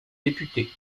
député